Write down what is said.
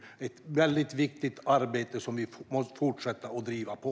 Det är väldigt viktigt arbete som vi måste fortsätta att driva på.